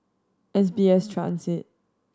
S B S Transit